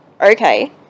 Okay